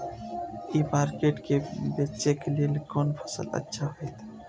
ई market में बेचेक लेल कोन फसल अच्छा होयत?